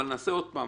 החלק